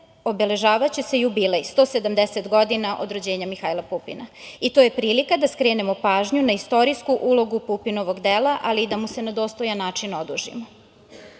obeležavaće se jubilej 170 godina od rođenja Mihajla Pupina.I to je prilika da skrenemo pažnju na istorijsku ulogu Pupinovog dela, ali i da mu se na dostojan način odužimo. Zato